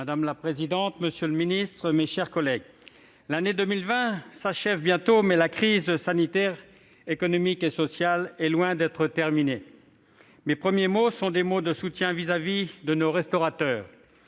Madame la présidente, monsieur le ministre, mes chers collègues, l'année 2020 s'achèvera bientôt, mais la crise sanitaire, économique et sociale est loin d'être terminée. Mes premiers mots seront pour exprimer mon soutien à nos restaurateurs,